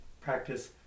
practice